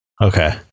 okay